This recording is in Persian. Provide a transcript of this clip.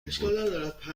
بود